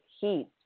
heat